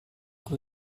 aku